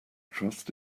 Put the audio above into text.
trust